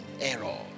error